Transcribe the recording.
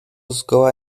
zgoła